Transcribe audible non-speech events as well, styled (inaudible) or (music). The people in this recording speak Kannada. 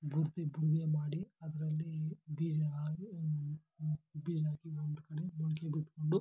(unintelligible) ಮಾಡಿ ಅದರಲ್ಲಿ ಬೀಜನಾ ಬೀಜ ಹಾಕಿ ಒಂದು ಕಡೆ ಮೊಳಕೆ ಬಿಟ್ಟುಕೊಂಡು